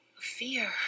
fear